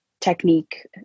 technique